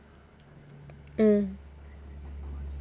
mm